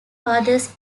fathers